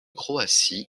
croatie